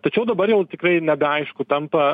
tačiau dabar jau tikrai nebeaišku tampa